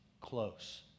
close